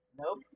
Nope